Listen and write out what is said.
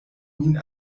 min